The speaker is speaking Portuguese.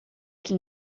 aqui